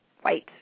white